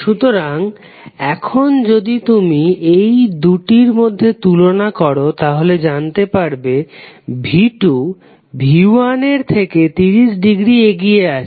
সুতরাং এখন যদি তুমি এই দুটির মধ্যে তুলনা করো তাহলে জানতে পারবে v2 v1 এর থেকে 30 ডিগ্রী এগিয়ে আছে